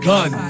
Gun